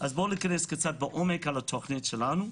אז בואו ניכנס קצת לעומק התכנית שלנו,